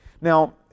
Now